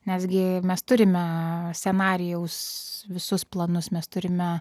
nesgi mes turime scenarijaus visus planus mes turime